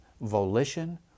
volition